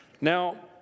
Now